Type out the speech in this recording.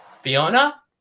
Fiona